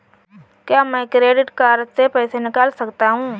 क्या मैं credit card से पैसे निकाल सकता हूँ?